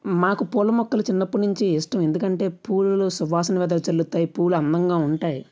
మాకు పూల మొక్కలు చిన్నప్పటి నుంచి ఇష్టం ఎందుకంటే పూలలో సువాసన వెదజల్లుతాయి పూలు అందంగా ఉంటాయి